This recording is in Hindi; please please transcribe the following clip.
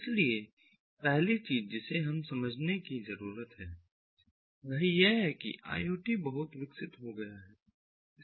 इसलिए पहली चीज जिसे हमें समझने की जरूरत है वह यह है कि IoT बहुत विकसित हो गया है